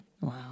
Wow